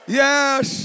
yes